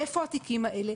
איפה התיקים האלה,